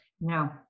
No